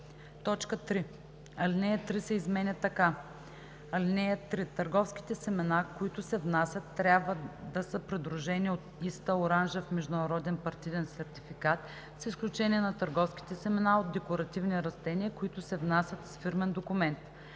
3. Алинея 3 се изменя така: „(3) Търговските семена, които се внасят, трябва да са придружени от ISTA оранжев международен партиден сертификат, с изключение на търговските семена от декоративни растения, които се внасят с фирмен документ.“